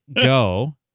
Go